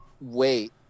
wait